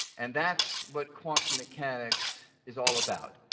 and that's what quantum mechanics is all about.